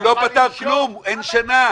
הוא לא פתר כלום, אין שנה.